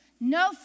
no